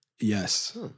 Yes